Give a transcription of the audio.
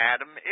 Adam